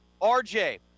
RJ